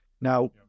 now